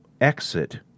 exit